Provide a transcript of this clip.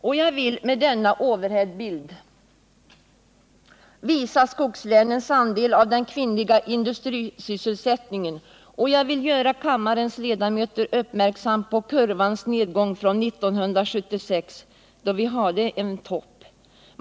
Jag vill med denna overheadbild visa skogslänens andel av den kvinnliga industrisysselsättningen och göra kammarens ledamöter uppmärksamma på kurvans nedgång från 1976 då vi hade en verklig topp.